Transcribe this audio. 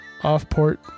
off-port